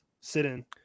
sit-in